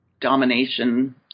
domination